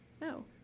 No